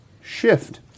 Shift